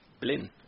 Blin